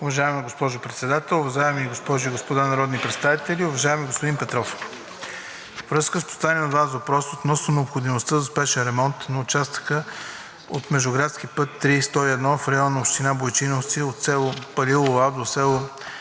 Уважаема госпожо Председател, уважаеми госпожи и господа народни представители! Уважаеми господин Петров, във връзка с поставения от Вас въпрос относно необходимостта за спешен ремонт на участъка от междуградски път III-101 в района на община Бойчиновци – от село Палилула до село